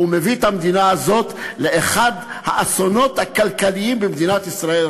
והוא מביא את המדינה הזאת לאחד האסונות הכלכליים שיהיו במדינת ישראל.